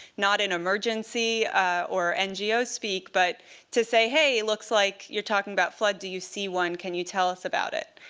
not in emergency or ngo-speak, but to say, hey, it looks like you're talking about flood. do you see one? can you tell us about it?